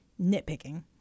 nitpicking